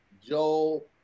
Joel